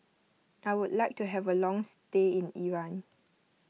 I would like to have a long stay in Iran